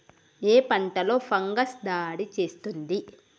ఏ పంటలో ఫంగస్ దాడి చేస్తుంది?